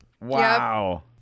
Wow